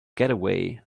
getaway